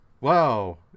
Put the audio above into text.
Wow